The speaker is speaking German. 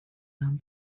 nahm